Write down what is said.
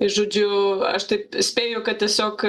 žodžiu aš taip spėju kad tiesiog